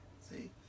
see